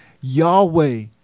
Yahweh